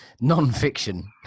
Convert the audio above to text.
non-fiction